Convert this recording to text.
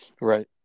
Right